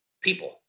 people